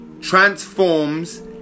transforms